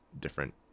different